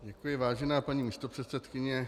Děkuji, vážená paní místopředsedkyně.